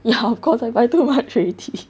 ya of course I buy too much already